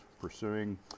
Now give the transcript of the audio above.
pursuing